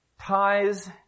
ties